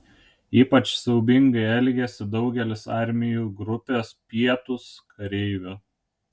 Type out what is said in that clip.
ypač siaubingai elgėsi daugelis armijų grupės pietūs kareivių